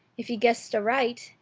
if he guessed aright,